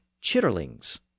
chitterlings